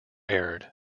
aired